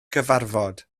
cyfarfod